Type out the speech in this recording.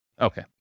Okay